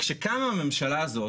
כשקמה הממשלה הזאת,